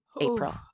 April